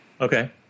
Okay